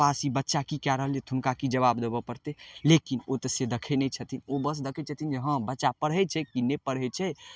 पास ई बच्चा कि कै रहल अइ तऽ हुनका ई जवाब देबऽ पड़तै लेकिन ओ तऽ से देखै नहि छथिन ओ बस देखै छथिन जे हँ बच्चा पढ़ै छै कि नहि पढ़ै छै